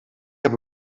heb